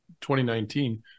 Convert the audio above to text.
2019